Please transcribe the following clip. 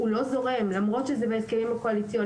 הוא לא זורם, למרות שזה בהסכמים הקואליציוניים.